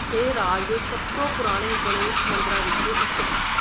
ਇਹ ਰਾਜ ਦੇ ਸਭ ਤੋਂ ਪੁਰਾਣੇ ਗਣੇਸ਼ ਮੰਦਰਾਂ ਵਿੱਚੋਂ ਇੱਕ ਹੈ